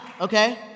okay